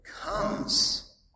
comes